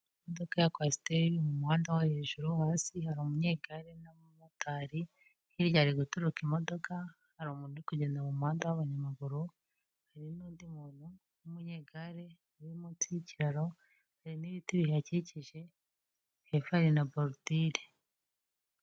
Imodoka ya Kwasiteri iri mu muhanda wo hejuru hasi hari umunyegare n'abamotari, hirya hari guturuka imodoka, hari umuntu uri kugenda mu muhanda wa'abanyamaguru hari n' undi muntu w'umunyegare uri munsi y'kiraro hari n'ibiti bihakikije hepfo hari na borudire.